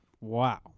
wow